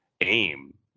aim